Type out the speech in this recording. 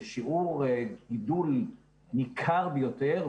זה שיעור גידול ניכר ביותר,